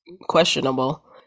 questionable